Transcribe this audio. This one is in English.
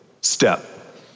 step